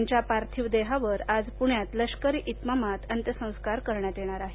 त्यांच्या पार्थिव देहावर आज पुण्यात लष्करी इतमामात अंत्यसंस्कार करण्यात येणार आहेत